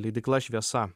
leidykla šviesa